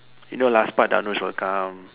you know last part Dhanush would come